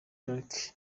d’arc